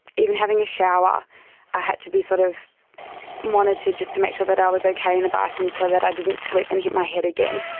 even having a shower i had to be sort of monitored just to make sure that i was okay in the bathroom so that i didn't slip and hit my head again.